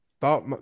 thought